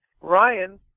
Ryan